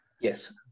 Yes